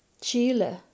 Chile